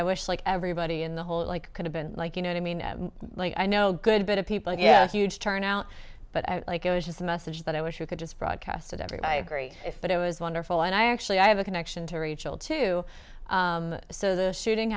i wish like everybody in the whole like could have been like you know i mean like i know good bit of people yeah huge turnout but i think it was just a message that i wish you could just broadcast it everybody agree that it was wonderful and i actually i have a connection to rachel too so the shooting